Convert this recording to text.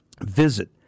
Visit